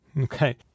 Okay